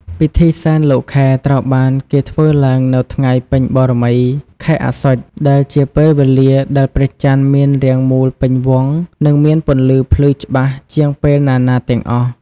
ពិធីសែនលោកខែត្រូវបានគេធ្វើឡើងនៅថ្ងៃពេញបូណ៌មីខែអស្សុជ ដែលជាពេលវេលាដែលព្រះច័ន្ទមានរាងមូលពេញវង់ និងមានពន្លឺភ្លឺច្បាស់ជាងពេលណាៗទាំងអស់។